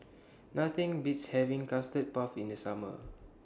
Nothing Beats having Custard Puff in The Summer